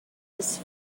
his